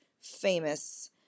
famous